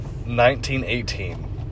1918